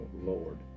Lord